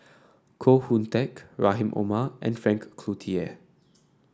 Koh Hoon Teck Rahim Omar and Frank Cloutier